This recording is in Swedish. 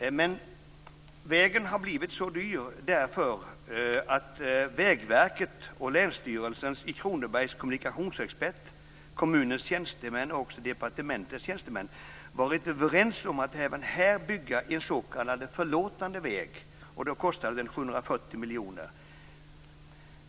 Vägen har blivit så dyr därför att Vägverket, kommunikationsexperten vid Länsstyrelsen i Kronoberg, kommunens tjänstemän och också departementets tjänstemän varit överens om att även här bygga en s.k. "förlåtande väg". Då kostade den 740 miljoner.